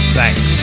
thanks